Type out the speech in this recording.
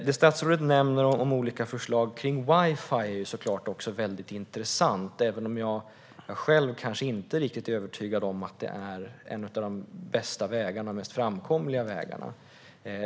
Det statsrådet nämner om olika förslag kring wifi är såklart också väldigt intressant, även om jag själv inte riktigt är övertygad om att det är en av de bästa och mest framkomliga vägarna.